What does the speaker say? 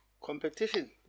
Competition